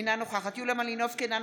אינה נוכחת יוליה מלינובסקי קונין,